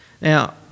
Now